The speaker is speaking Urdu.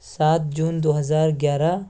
سات جون دو ہزار گیارہ